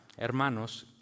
hermanos